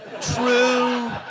True